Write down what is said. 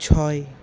ছয়